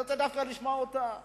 אני רוצה דווקא לשמוע אותה.